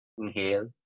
Inhale